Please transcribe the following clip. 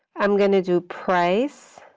i'm going to do price,